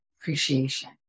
appreciation